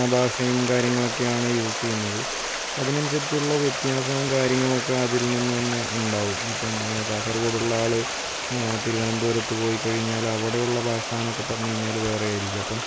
ഭാഷയും കാര്യങ്ങളൊക്കെയാണ് യൂസ് ചെയ്യുന്നത് ഇപ്പ അതിനനുസരിച്ച് വ്യത്യാസവും കാര്യങ്ങളൊക്കെ അതിൽ നിന്ന് തന്നെ ഉണ്ടാവും ഇപ്പം കാസർകോടുള്ള ആള് തിരുവനന്തപുരത്ത് പോയിക്കഴിഞ്ഞാല് അവിടെയുള്ള ഭാഷാന്നൊക്കെ പറഞ്ഞ് കഴിഞ്ഞാല് വേറെ ആയിരിക്കും അപ്പം